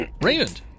Raymond